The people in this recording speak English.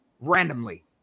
randomly